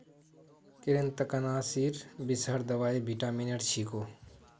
कृन्तकनाशीर विषहर दवाई विटामिनेर छिको